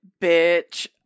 bitch